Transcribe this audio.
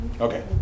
Okay